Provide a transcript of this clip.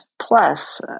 plus